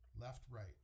Left-Right